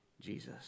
Jesus